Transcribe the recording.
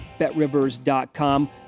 betrivers.com